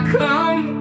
come